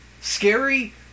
Scary